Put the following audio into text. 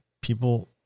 people